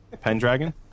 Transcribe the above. Pendragon